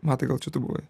matai gal čia tu buvai